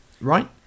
right